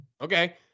Okay